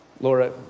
Laura